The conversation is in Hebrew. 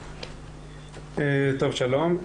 שלום.